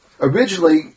originally